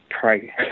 pray